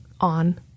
on